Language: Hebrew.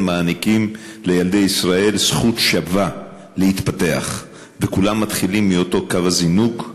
מעניקים לילדי ישראל זכות שווה להתפתח וכולם מתחילים מאותו קו זינוק.